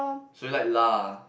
so you like lah